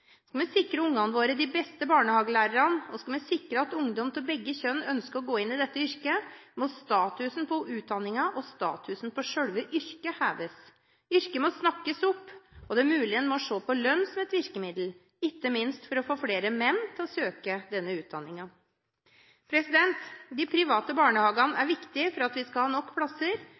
Skal vi sikre barna våre de beste barnehagelærerne, og skal vi sikre at ungdom av begge kjønn ønsker å gå inn i dette yrket, må statusen for utdanningen og for selve yrket heves. Yrket må snakkes opp, og det er mulig en må se på lønn som et virkemiddel, ikke minst for å få flere menn til å søke denne utdanningen. De private barnehagene er viktige for at vi skal ha nok plasser,